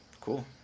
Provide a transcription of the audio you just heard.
cool